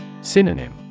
Synonym